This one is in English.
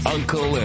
Uncle